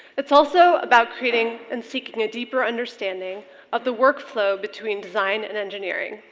it's also about creating and seeking a deeper understanding of the workflow between design and engineering,